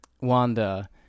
Wanda